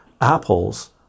apples